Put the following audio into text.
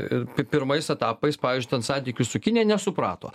ir pi pirmais etapais pavyzdžiui ten santykių su kinija nesuprato